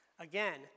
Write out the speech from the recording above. Again